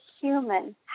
human